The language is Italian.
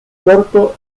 corto